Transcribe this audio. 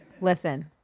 Listen